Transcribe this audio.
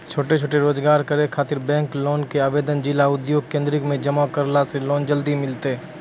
छोटो छोटो रोजगार करै ख़ातिर बैंक लोन के आवेदन जिला उद्योग केन्द्रऽक मे जमा करला से लोन जल्दी मिलतै?